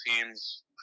teams